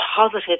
positive